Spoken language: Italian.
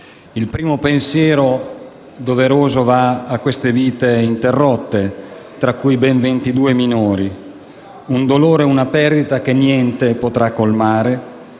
Il primo pensiero doveroso va a queste vite interrotte, tra cui ben 22 minori: un dolore e una perdita che niente potrà colmare,